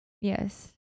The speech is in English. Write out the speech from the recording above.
Yes